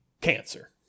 cancer